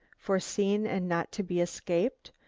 foreseen and not to be escaped?